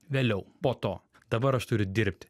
vėliau po to dabar aš turiu dirbti